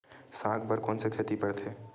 साग बर कोन से खेती परथे?